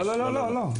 לא, לא, לא.